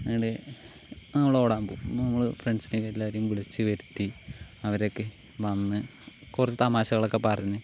എന്നിട്ട് നമ്മൾ ഓടാൻ പോകും പിന്നെ നമ്മൾ ഫ്രണ്ട്സിനെയൊക്കെ എല്ലാവരെയും വിളിച്ചുവരുത്തി അവരൊക്കെ വന്ന് കുറച്ച് തമാശകളൊക്കെ പറഞ്ഞ്